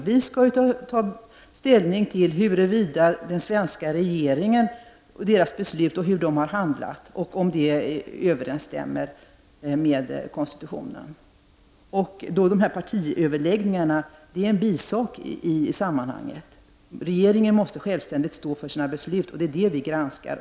Vi skall ta ställning till den svenska regeringens beslut, hur regeringen har handlat och om det överensstämmer med konstitutionen. Partiöverläggningarna är en bisak i sammanhanget. Regeringen måste självständigt stå för sina beslut. Det är det vi granskar.